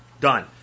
done